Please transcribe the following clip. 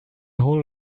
whole